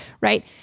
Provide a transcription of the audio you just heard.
Right